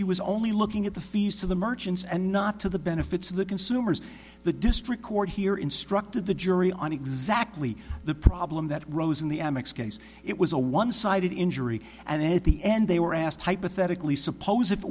she was only looking at the fees to the merchants and not to the benefits of the consumers the district court here instructed the jury on exactly the problem that rose in the m x case it was a one sided injury and at the end they were asked hypothetically suppose if it